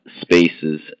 spaces